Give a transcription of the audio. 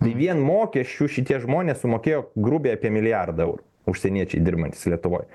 tai vien mokesčių šitie žmonės sumokėjo grubiai apie milijardą eurų užsieniečiai dirbantys lietuvoj